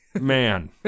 Man